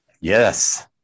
Yes